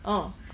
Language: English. mm